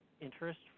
interest